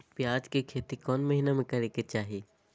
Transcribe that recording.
प्याज के खेती कौन महीना में करेके चाही?